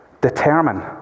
determine